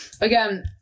Again